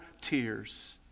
tears